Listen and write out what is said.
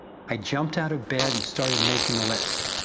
i jumped out of bed and started making a list.